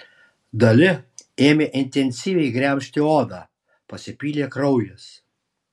dali ėmė intensyviai gremžti odą pasipylė kraujas